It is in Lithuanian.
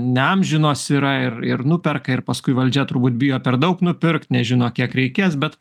neamžinos yra ir ir nuperka ir paskui valdžia turbūt bijo per daug nupirkt nežino kiek reikės bet